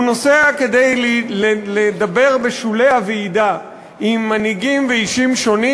הוא נוסע כדי לדבר בשולי הוועידה עם מנהיגים ואישים שונים